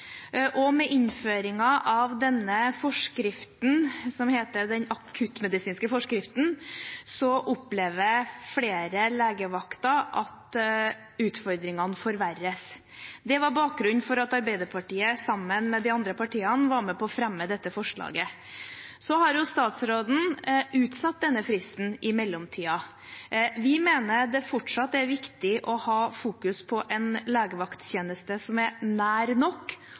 og med innføringen av denne forskriften, akuttmedisinforskriften, opplever flere legevakter at utfordringene forverres. Det var bakgrunnen for at Arbeiderpartiet sammen med de andre partiene var med på å fremme dette forslaget. Så har statsråden i mellomtiden utsatt denne fristen. Vi mener det fortsatt er viktig å ha fokus på en legevaktstjeneste som er nær nok